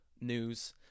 news